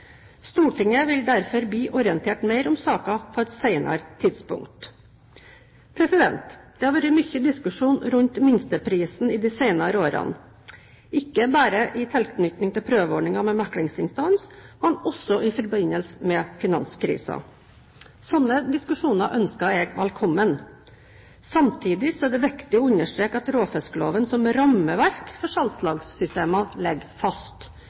derfor bli orientert mer om saken på et senere tidspunkt. Det har vært mye diskusjon rundt minsteprisen i de senere årene, ikke bare i tilknytning til prøveordningen med meklingsinstans, men også i forbindelse med finanskrisen. Slike diskusjoner ønsker jeg velkommen. Samtidig er det viktig å understreke at råfiskloven som rammeverk for salgslagssystemene ligger fast.